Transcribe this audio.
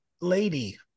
lady